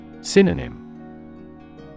Synonym